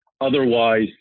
Otherwise